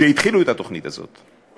שהתחילו את התוכנית הזאת,